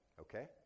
okay